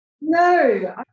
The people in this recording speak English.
No